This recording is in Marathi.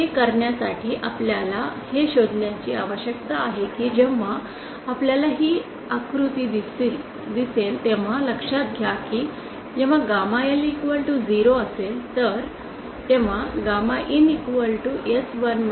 हे करण्यासाठी आपल्याला हे शोधण्याची आवश्यकता आहे की जेव्हा आपल्याला ही आकृती दिसेल तेव्हा लक्षात घ्या की जेव्हा गॅमा L 0 असेल तर तेव्हा गॅमा IN S11 होईल